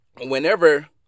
Whenever